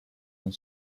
and